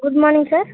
good morning sir